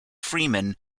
freeman